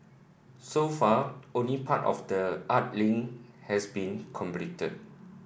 so far only part of the art link has been completed